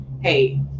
Hey